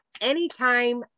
anytime